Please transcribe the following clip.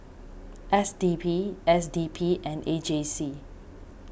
S T B S D P and A J C